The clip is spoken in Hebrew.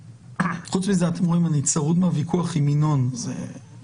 חוץ מזה, אני עוד צרוד מהוויכוח עם ינון אזולאי.